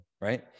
right